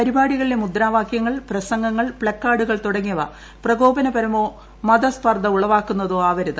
പരിപാടികളിലെ മുദ്രാവാകൃങ്ങൾ പ്രസംഗങ്ങൾ പ്ലക്കാർഡുകൾ തുടങ്ങിയവ പ്രകോപനപരമോ മതസ്പർധ ഉളവാക്കുന്നതോ ആവരുത്